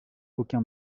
aucun